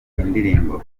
indirimbo